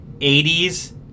80s